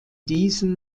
diesen